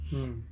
mm